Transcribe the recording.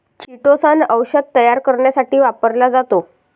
chitosan औषध तयार करण्यासाठी वापरला जातो